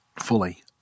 fully